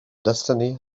destiny